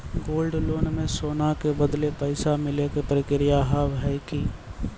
Gold loan मे सोना के बदले पैसा मिले के प्रक्रिया हाव है की?